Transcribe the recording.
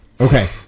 Okay